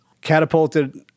catapulted